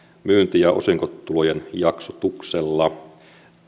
myynti ja osinkotulojen jaksotuksella